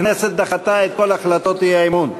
הכנסת דחתה את כל הצעות האי-אמון.